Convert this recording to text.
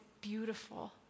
beautiful